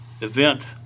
event